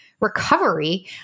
recovery